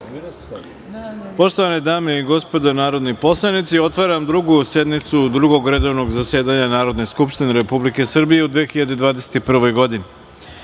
Poštovane dame i gospodo narodni poslanici, otvaram Drugu sednicu Drugog redovnog zasedanja Narodne skupštine Republike Srbije u 2021.Na